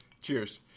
Cheers